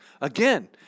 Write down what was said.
Again